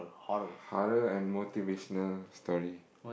horror and motivational story